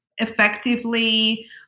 effectively